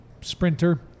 sprinter